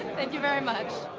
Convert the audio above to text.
thank you very much.